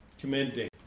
Commending